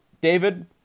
David